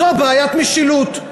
זו בעיית משילות.